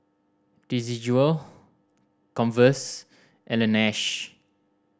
Desigual Converse and Laneige